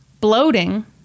bloating